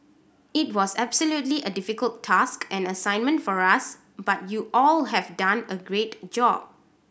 it was absolutely a difficult task and assignment for us but you all have done a great job